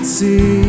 See